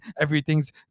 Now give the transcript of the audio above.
everything's